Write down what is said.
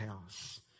house